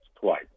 twice